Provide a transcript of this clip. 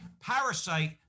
parasite